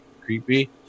creepy